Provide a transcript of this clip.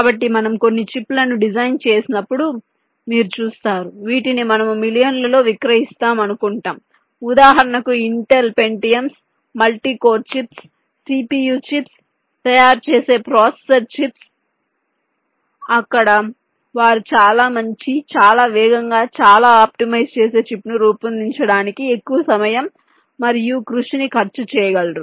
కాబట్టి మనం కొన్ని చిప్లను డిజైన్ చేసినప్పుడు మీరు చూస్తారు వీటిని మనము మిలియన్లలో విక్రయిస్తాం అనుకుంటాం ఉదాహరణకు Intel Pentiums multicore chips CPU chips తయారుచేసే ప్రాసెసర్ చిప్స్ అక్కడ వారు చాలా మంచి చాలా వేగంగా చాలా ఆప్టిమైజ్ చేసే చిప్ను రూపొందించడానికి ఎక్కువ సమయం మరియు కృషిని ఖర్చు చేయగలరు